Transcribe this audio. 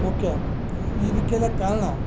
ಮುಖ್ಯ ಇದಕ್ಕೆಲ್ಲ ಕಾರಣ